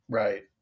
right